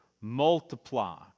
multiply